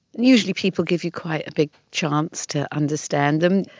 usually people give you quite a big chance to understand them.